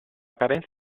carenza